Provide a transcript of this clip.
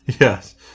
Yes